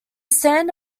stand